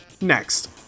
Next